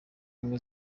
ubumwe